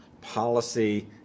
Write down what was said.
policy